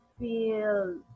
feel